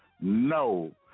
No